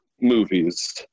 movies